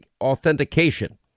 authentication